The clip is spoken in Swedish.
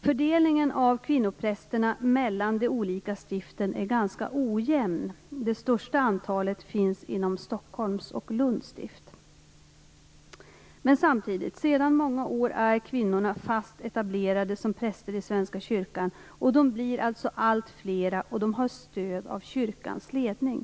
Fördelningen av kvinnoprästerna mellan de olika stiften är ganska ojämn - det största antalet finns inom Stockholms och Lunds stift. Sedan många år är kvinnorna fast etablerade som präster i Svenska kyrkan - de blir allt flera, och de har stöd av kyrkans ledning.